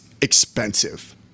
expensive